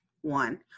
one